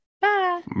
Bye